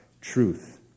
truth